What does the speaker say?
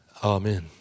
Amen